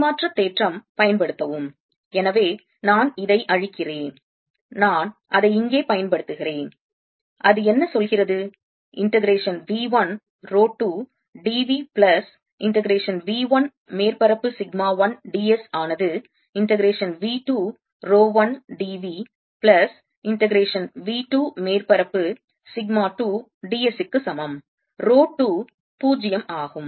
பரிமாற்றதேற்றம் பயன்படுத்தவும் எனவே நான் இதை அழிக்கிறேன் நான் அதை இங்கே பயன்படுத்துகிறேன் அது என்ன சொல்கிறது integration V 1 rho 2 d V plus integration V 1 மேற்பரப்பு சிக்மா 1 d s ஆனது integration V 2 rho 1 d v plus integration V 2 மேற்பரப்பு சிக்மா 2 d s க்கு சமம் ரோ 2 0 ஆகும்